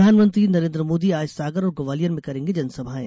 प्रधानमंत्री नरेन्द्र मोदी आज सागर और ग्वालियर में करेंगे जनसभाएं